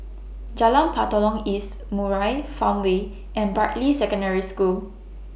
Jalan Batalong East Murai Farmway and Bartley Secondary School